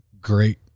great